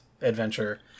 adventure